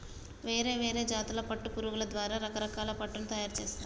వేరే వేరే జాతుల పట్టు పురుగుల ద్వారా రకరకాల పట్టును తయారుచేస్తారు